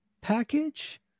package